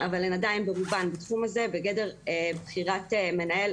אבל הן עדיין ברובן בתחום הזה, בגדר בחירת מנהל.